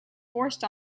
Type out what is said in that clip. forced